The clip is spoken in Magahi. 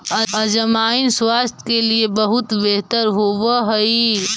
अजवाइन स्वास्थ्य के लिए बहुत बेहतर होवअ हई